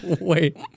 wait